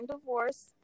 divorce